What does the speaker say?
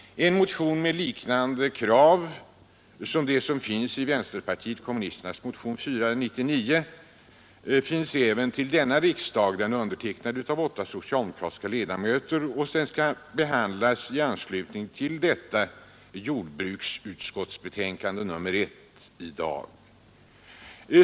En motion med liknande krav som det som framställes i vänsterpartiet kommunisternas motion nr 499 finns även till denna riksdag, undertecknad av åtta socialdemokratiska riksdagsledamöter, och skall behandlas i anslutning till detta jordbruksutskottets betänkande nr 1 i dag.